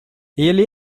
ele